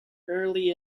early